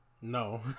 No